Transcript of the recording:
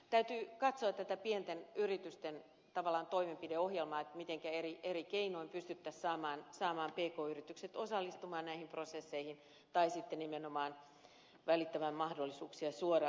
täytyy tavallaan katsoa tätä pienten yritysten toimenpideohjelmaa mitenkä eri keinoin pystyttäisiin saamaan pk yritykset osallistumaan näihin prosesseihin tai sitten nimenomaan välittämään mahdollisuuksia suorahankintoihin